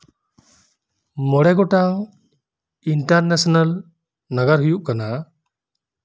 ᱢᱚᱬᱮ ᱜᱚᱴᱟᱝ ᱤᱱᱴᱟᱨᱱᱮᱥᱱᱟᱞ ᱱᱟᱜᱟᱨ ᱦᱳᱭᱳᱜ ᱠᱟᱱᱟ